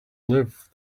live